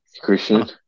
Christian